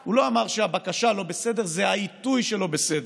הוא לא אמר שזה לא בסדר, זה העיתוי שלא בסדר,